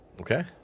Okay